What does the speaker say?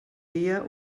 dia